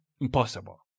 Impossible